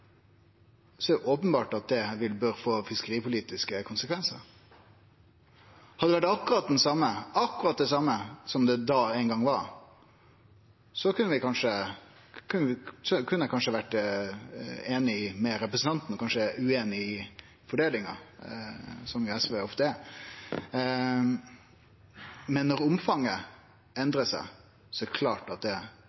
det openbert at det bør få fiskeripolitiske konsekvensar. Viss det hadde vore akkurat det same som det var da, kunne eg kanskje ha vore einig med representanten, men kanskje ueinig i fordelinga, som vi i SV ofte er. Men når omfanget